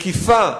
מקיפה,